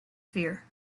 fear